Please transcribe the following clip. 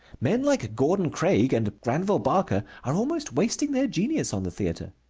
men like gordon craig and granville barker are almost wasting their genius on the theatre.